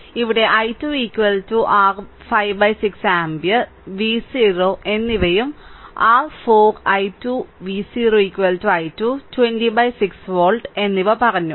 ഇവിടെ i2 r 56 ampere v0 എന്നിവയും r 4 i2 v0 i2 206 volt എന്നിവ പറഞ്ഞു